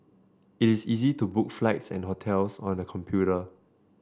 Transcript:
it is easy to book flights and hotels on the computer